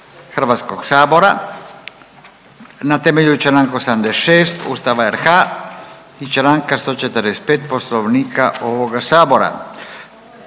Hrvatskog sabora na temelju Članka 86. Ustava RH i Članka 145. Poslovnika ovoga sabora.